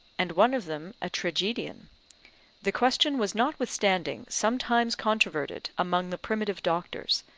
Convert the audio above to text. and one of them a tragedian the question was notwithstanding sometimes controverted among the primitive doctors,